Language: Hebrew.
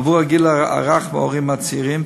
עבור הגיל הרך וההורים הצעירים,